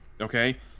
Okay